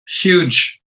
huge